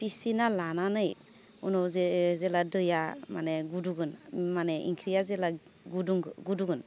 फिसिना लानानै उनाव जे जेब्ला दैया माने गोदौगोन माने ओंख्रिया जेब्ला गोदौगोन